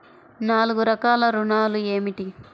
నాలుగు రకాల ఋణాలు ఏమిటీ?